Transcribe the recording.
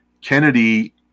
Kennedy